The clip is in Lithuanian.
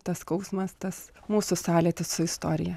tas skausmas tas mūsų sąlytis su istorija